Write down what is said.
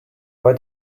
why